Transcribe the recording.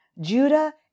Judah